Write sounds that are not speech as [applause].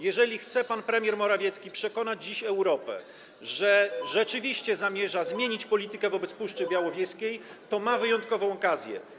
Jeżeli pan premier Morawiecki chce dziś przekonać Europę, że [noise] rzeczywiście zamierza zmienić politykę wobec Puszczy Białowieskiej, to ma wyjątkową okazję.